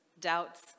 doubts